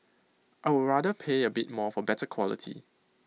I would rather pay A bit more for better quality